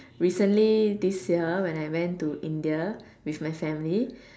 recently this year when I went to India with my family